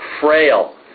frail